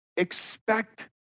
expect